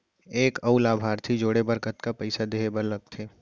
एक अऊ लाभार्थी जोड़े बर कतका पइसा देहे बर लागथे?